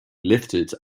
lifted